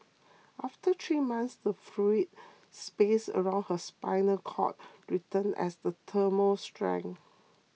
after three months the fluid space around her spinal cord returned as the tumour shrank